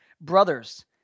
brothers